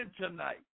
tonight